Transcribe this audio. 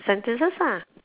sentences lah